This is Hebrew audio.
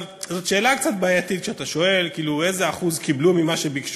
זאת שאלה קצת בעייתית כשאתה שואל איזה אחוז הם קיבלו ממה שביקשו,